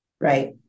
Right